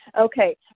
Okay